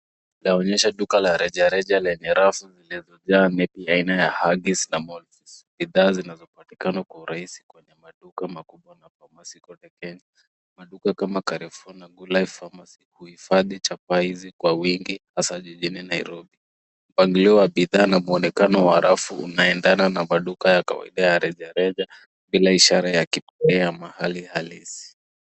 Linaonyesha duka la reja reja lenye rafu zilizojaa nepi aina ya Hagis na Molfus. Bidhaa zinazopatikana kwa urahisi kwenye maduka makubwa na famasi kote Kenye. Maduka kama Carefour na Gulai pharmacy huhifadhi chapa izi kwa wingi hasa jijini Nairobi. Mpangilio wa bidhaa na muonekano wa rafu unaendana na maduka ya kawaida ya reja reja bila ishara yakipodea mahali halisi.